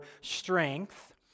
strength